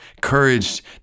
courage